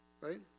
right